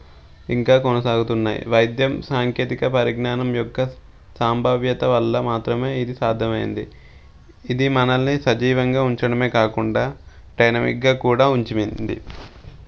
ఇంకా కొనసాగుతున్నాయి వైద్యం సాంకేతిక పరిజ్ఞానం యొక్క సాంభావ్యత వల్ల మాత్రమే ఇది సాధ్యమైంది ఇది మనల్ని సజీవంగా ఉంచడమే కాకుండా డైనమిక్గా కూడా ఉంచి వేసింది